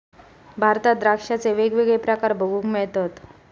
भारतात द्राक्षांचे वेगवेगळे प्रकार बघूक मिळतत